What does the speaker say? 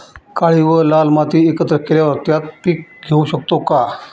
काळी व लाल माती एकत्र केल्यावर त्यात पीक घेऊ शकतो का?